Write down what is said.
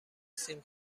سیم